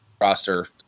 roster